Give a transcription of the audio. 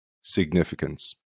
significance